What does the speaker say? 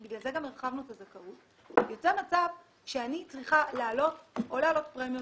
בגלל זה גם הרחבנו את הזכאות יוצא מצב שאני צריכה או להעלות פרמיות,